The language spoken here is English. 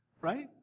Right